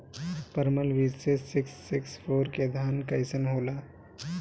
परमल बीज मे सिक्स सिक्स फोर के धान कईसन होला?